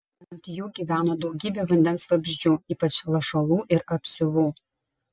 ant jų gyveno daugybė vandens vabzdžių ypač lašalų ir apsiuvų